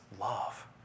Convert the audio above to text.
love